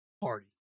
Party